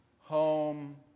home